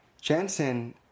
Jensen